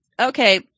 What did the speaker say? Okay